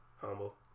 Humble